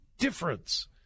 difference